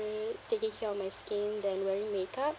taking care of my skin than wearing make-up